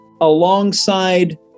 alongside